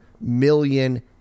million